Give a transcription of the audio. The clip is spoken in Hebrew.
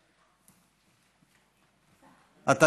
בבקשה,